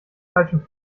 falschen